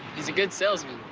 he's a good salesman.